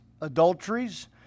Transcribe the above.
adulteries